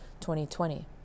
2020